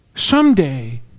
Someday